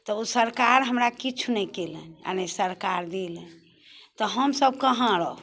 तऽ ओ सरकार हमरा किछु नहि केलनि आओर ने सरकार देलनि तऽ हमसब कहाँ रहू